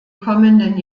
kommenden